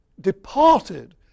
departed